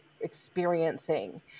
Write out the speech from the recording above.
experiencing